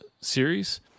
series